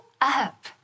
up